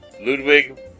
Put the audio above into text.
Ludwig